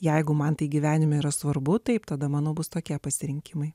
jeigu man tai gyvenime yra svarbu taip tada mano bus tokie pasirinkimai